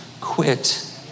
quit